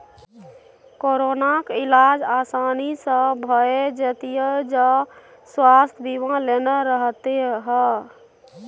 कोरोनाक इलाज आसानी सँ भए जेतियौ जँ स्वास्थय बीमा लेने रहतीह